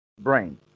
brain